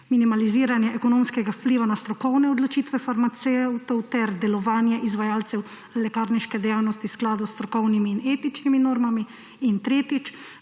minimaliziranje ekonomskega vpliva na strokovne odločitve farmacevtov ter delovanje izvajalcev lekarniške dejavnosti v skladu s strokovnimi in etičnimi normami. In tretjič,